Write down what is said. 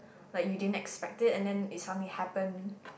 like you didn't expect it and then if something happen